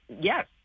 yes